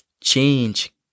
Change